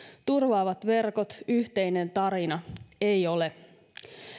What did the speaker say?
turvaavat verkot yhteinen tarina ei ole